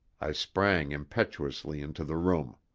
i sprang impetuously into the room.